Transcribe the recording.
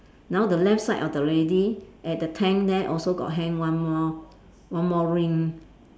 now the left side of the lady at the tent there also got hang one more one more ring